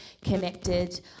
connected